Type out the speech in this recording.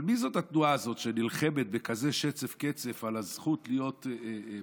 אבל מי זאת התנועה הזאת שנלחמת בכזה שצף-קצף על הזכות להיות בכותל?